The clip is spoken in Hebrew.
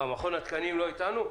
התקנים לא אתנו?